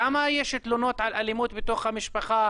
כמה יש תלונות על אלימות בתוך המשפחה,